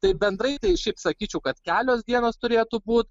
tai bendrai tai šiaip sakyčiau kad kelios dienos turėtų būt